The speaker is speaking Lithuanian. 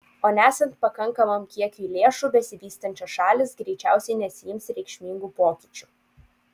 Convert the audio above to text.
o nesant pakankamam kiekiui lėšų besivystančios šalys greičiausiai nesiims reikšmingų pokyčių